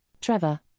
Trevor